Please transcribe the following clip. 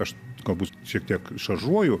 aš galbūt šiek tiek šaržuoju